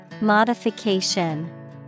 Modification